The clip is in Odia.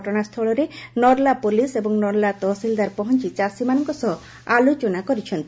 ଘଟଣାସ୍ତୁଳରେ ନର୍ଲାପୋଲିସ ଏବଂ ନର୍ଲା ତହସିଲଦାର ପହଞ୍ ଚାଷୀମାନଙ୍କ ସହ ଆଲୋଚନା କରଛନ୍ତି